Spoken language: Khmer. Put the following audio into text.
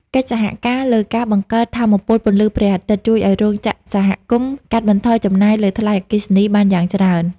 កិច្ចសហការលើការបង្កើតថាមពលពន្លឺព្រះអាទិត្យ ជួយឱ្យរោងចក្រសហគមន៍កាត់បន្ថយចំណាយលើថ្លៃអគ្គិសនីបានយ៉ាងច្រើន។